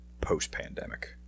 post-pandemic